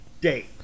date